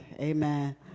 amen